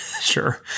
Sure